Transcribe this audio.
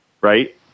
right